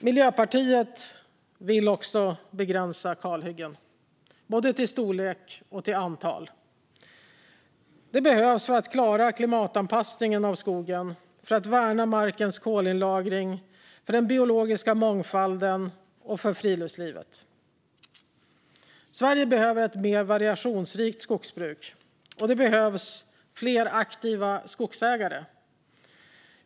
Miljöpartiet vill också begränsa kalhyggen, både till storlek och till antal. Det behövs för att klara klimatanpassningen av skogen, för att värna markens kolinlagring, för den biologiska mångfalden och för friluftslivet. Sverige behöver ett mer variationsrikt skogsbruk, och det behövs fler aktiva skogsägare.